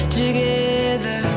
together